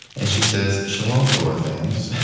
and she says, shalom, torah fans,